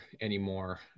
anymore